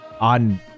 on